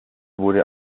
wurde